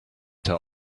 tell